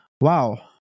wow